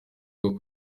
bwo